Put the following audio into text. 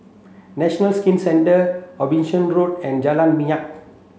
National Skin Centre Abbotsingh Road and Jalan Minyak